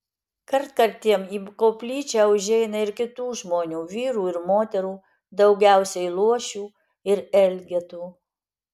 kartkartėm į koplyčią užeina ir kitų žmonių vyrų ir moterų daugiausiai luošių ir elgetų